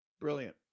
Brilliant